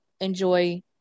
enjoy